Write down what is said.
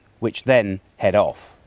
which then head off.